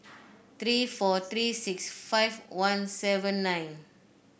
three four three six five one seven nine